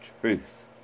truth